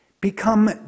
become